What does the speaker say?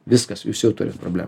viskas jūs jau turit problemų